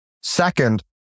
Second